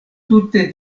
tute